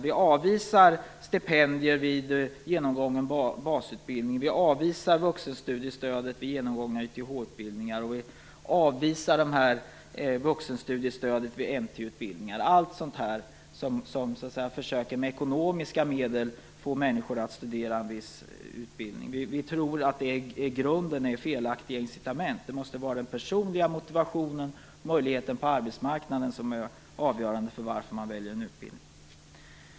Vi avvisar stipendier vid genomgången basutbildning, vi avvisar vuxenstudiestödet vid genomgångna YTH utbildningar och vi avvisar vuxenstudiestödet vid NT utbildningar, allt sådant som med ekonomiska medel försöker få människor att genomgå viss utbildning. Vi tror att det i grunden är felaktiga incitament. Det måste vara den personliga motivationen och möjligheten på arbetsmarknaden som är avgörande för att man väljer en utbildning.